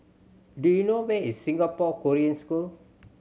do you know where is Singapore Korean School